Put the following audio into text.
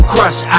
Crush